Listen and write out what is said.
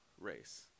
race